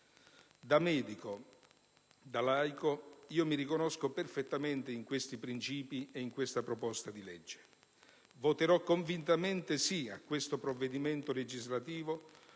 Da medico, da laico, mi riconosco perfettamente in questi principi e in questa proposta di legge. Voterò convintamente sì a questo provvedimento legislativo